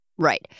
Right